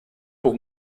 pour